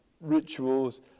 rituals